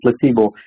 placebo